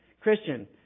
Christian